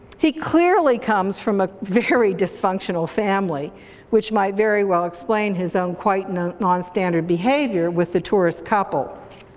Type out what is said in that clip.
he clearly comes from a very dysfunctional family which might very well explain his own quite non-standard behavior with the tourist couple.